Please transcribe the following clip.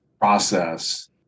process